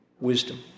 Wisdom